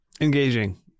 engaging